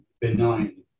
benign